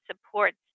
supports